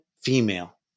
female